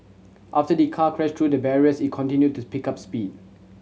after the car crashed through the barriers it continued to pick up speed